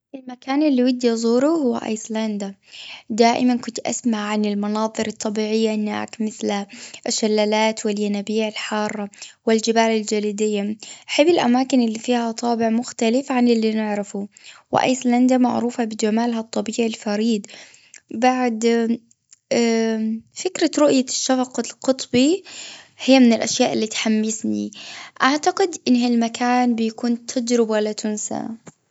المكان اللي ودي أزوره هو آيسلندا. دائما كنت أسمع عن المناظر الطبيعية، إنها مثل الشلالات، والينابيع الحارة، والجبال الجليدية. أحب الأماكن اللي فيها طابع مختلف عن اللي نعرفه، وآيسلندا معروفة بجمالها الطبيعي الفريد. بعد فكرة رؤية الشفق القطبي، هي من الأشياء اللي تحمسني. أعتقد إنها المكان بيكون تجربة لا تنسى.